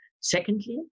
Secondly